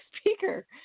speaker